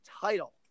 title